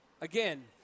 again